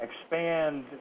expand